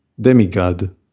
demigod